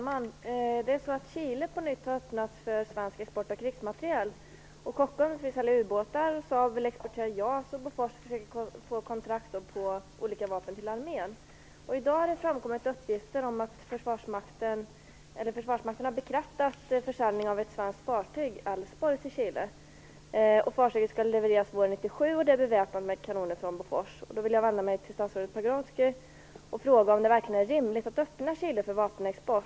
Fru talman! Chile har på nytt öppnats för svensk export av krigsmateriel. Kockums vill sälja ubåtar, Saab vill exportera JAS och Bofors får kontrakt på olika vapen till armén. Det har i dag framkommit att Försvarsmakten har bekräftat försäljning av ett svenskt fartyg, Älvsborg, till Chile. Fartyget skall leveras våren 1997 och är beväpnat med kanoner från Jag vill vända mig till statsrådet Pagrotsky och fråga om det verkligen är rimligt att öppna Chile för vapenexport.